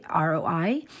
ROI